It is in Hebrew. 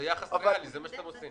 זה יחס ריאלי, זה מה שאתם עושים.